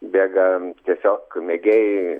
bėga tiesiog mėgėjai